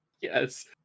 Yes